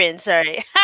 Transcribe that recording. sorry